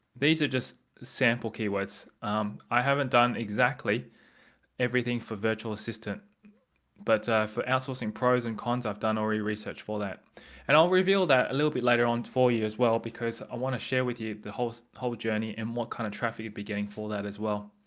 these are just sample keywords. ah um i haven't done exactly everything for virtual assistant but for outsourcing pros and cons i've done already research for that and i'll reveal that a little bit later on for you as well because i want to share with you the whole whole journey and what kind of traffic you'll be getting for that as well.